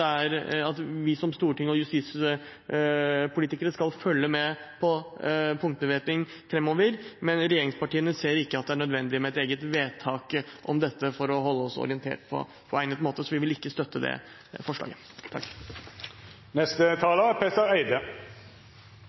vi som storting og justispolitikere skal følge med på punktbevæpning framover, men regjeringspartiene ser ikke at det er nødvendig med et eget vedtak om dette for å holde oss orientert på egnet måte, så vi vil ikke støtte det forslaget.